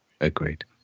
Agreed